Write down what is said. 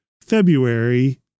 February